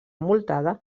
envoltada